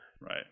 Right